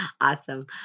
Awesome